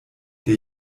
der